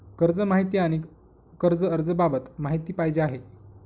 कर्ज माहिती आणि कर्ज अर्ज बाबत माहिती पाहिजे आहे